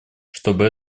чтобы